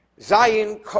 Zion